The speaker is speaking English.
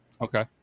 Okay